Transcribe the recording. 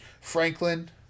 Franklin